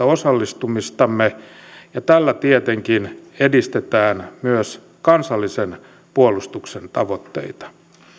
osallistumistamme ja tällä tietenkin edistetään myös kansallisen puolustuksen tavoitteita